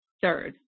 third